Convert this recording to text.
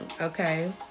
okay